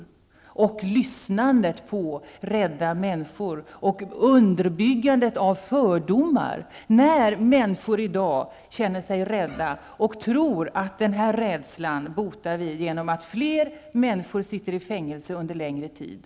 Det handlar om lyssnandet på rädda människor och underbyggandet av fördomar, när människor i dag känner sig rädda och tror att denna rädsla botas genom att fler sitter i fängelse under längre tid.